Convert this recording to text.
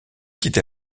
quitte